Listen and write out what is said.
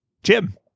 Jim